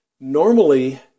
Normally